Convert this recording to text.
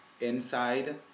inside